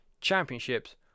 championships